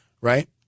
right